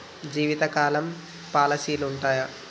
జీవితకాలం పాలసీలు ఉంటయా?